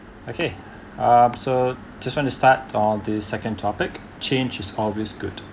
okay um so just want to start on the second topic change is always good